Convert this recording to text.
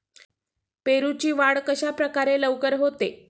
पेरूची वाढ कशाप्रकारे लवकर होते?